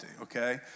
okay